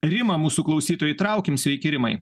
rimą mūsų klausytoją įtraukim sveiki rimai